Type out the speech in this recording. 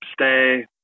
stay